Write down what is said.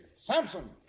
Samson